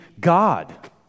God